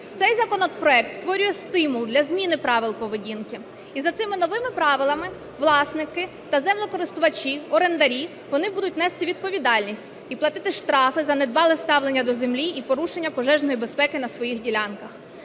Цей законопроект створює стимул для зміни правил поведінки. І за цими новими правилами власники та землекористувачі, орендарі, вони будуть нести відповідальність і платити штрафи за недбале ставлення до землі і порушення пожежної безпеки на своїх ділянках.